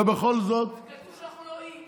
ובכל זאת נכנסו, וקלטו שאנחנו לא אי.